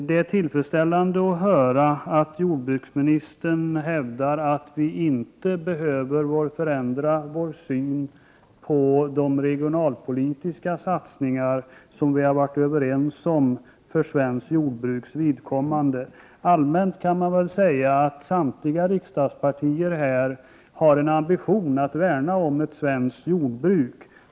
Det är tillfredsställande att höra att jordbruksministern hävdar att vi inte behöver förändra vår syn på de regionalpolitiska satsningar som vi har kommit överens om för det svenska jordbrukets vidkommande. Allmänt kan man säga att samtliga riksdagspartier har en ambition att värna om ett svenskt jordbruk.